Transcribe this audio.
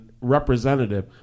representative